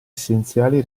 essenziali